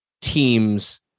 teams